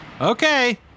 Okay